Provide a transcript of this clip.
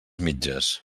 mitges